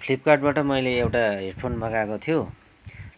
फ्लिपकार्टबाट मैले एउटा हेडफोन मगाएको थियो